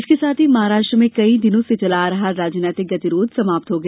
इसके साथ ही महाराष्ट्र में कई दिनों से चला आ रहा राजनीतिक गतिरोध समाप्त हो गया